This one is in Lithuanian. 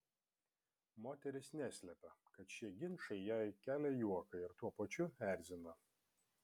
moteris neslepia kad šie ginčai jai kelia juoką ir tuo pačiu erzina